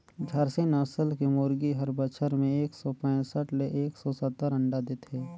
झारसीम नसल के मुरगी हर बच्छर में एक सौ पैसठ ले एक सौ सत्तर अंडा देथे